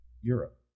Europe